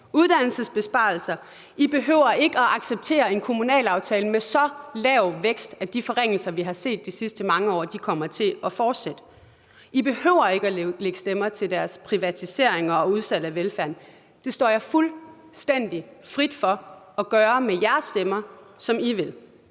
uddannelsesbesparelser. I behøver ikke at acceptere en kommunalaftale med så lav vækst, at de forringelser, vi har set de sidste mange år, kommer til at fortsætte. I behøver ikke at lægge stemmer til deres privatiseringer og udsalg af velfærden. Det står jer fuldstændig frit for at gøre med jeres stemmer, som I vil.